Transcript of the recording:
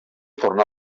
tornà